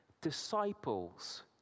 disciples